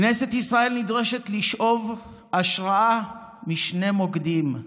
כנסת ישראל נדרשת לשאוב השראה משני מוקדים.